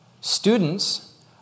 Students